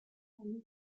minutes